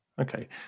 Okay